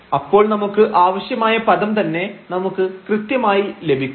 അപ്പോൾ നമുക്ക് ആവശ്യമായ പദം തന്നെ നമുക്ക് കൃത്യമായി ലഭിക്കും